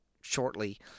shortly